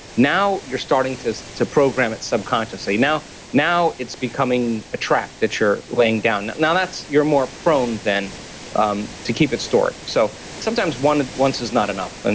now you're starting to to program it subconsciously, now now it's becoming a track that you're laying down. now that's you're more prone than um to keep it stored. so sometimes once is not enough. and